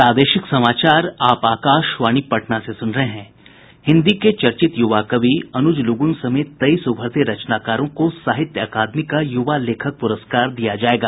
हिन्दी के चर्चित युवा कवि अनुज लुगुन समेत तेईस उभरते रचनाकारों को साहित्य अकादमी का युवा लेखक पुरस्कार दिया जायेगा